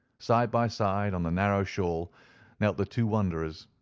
side by side on the narrow shawl knelt the two wanderers,